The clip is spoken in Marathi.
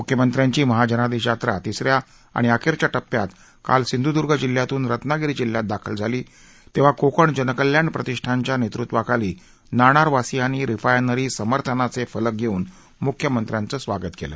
मुख्यमंत्र्यांची महाजनादेश यात्रा तिसऱ्या आणि अखेरच्या टप्प्यात काल सिंधुदुर्ग जिल्ह्यातून रत्नागिरी जिल्ह्यात दाखल झाली तेव्हा कोकण जनकल्याण प्रतिष्ठानच्या नेतृत्वाखाली नाणारवासीयांनी रिफायनरी समर्थनाचे फलक घेऊन मुख्यमंत्र्यांचं स्वागत केलं